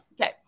Okay